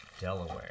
Delaware